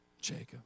Jacob